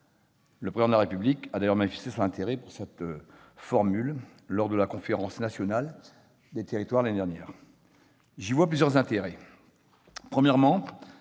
Le Président de la République a d'ailleurs manifesté son intérêt pour cette formule lors de la Conférence nationale des territoires, l'année dernière. J'y vois plusieurs intérêts. Premièrement,